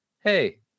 Hey